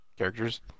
characters